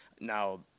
now